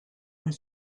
und